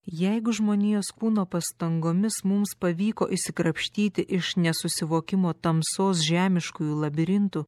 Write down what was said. jeigu žmonijos kūno pastangomis mums pavyko išsikrapštyti iš nesusivokimo tamsos žemiškųjų labirintų